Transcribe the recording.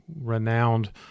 renowned